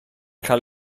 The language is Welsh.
cael